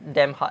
damn hard